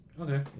Okay